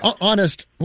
honest